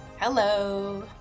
Hello